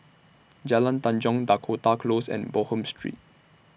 Jalan Tanjong Dakota Close and Bonham Street